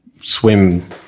swim